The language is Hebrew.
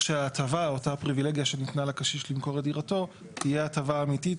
שההטבה שניתנה לקשיש למכור את דירתו תהיה הטבה אמיתית,